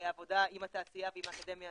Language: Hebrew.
עבודה עם התעשייה ועם האקדמיה,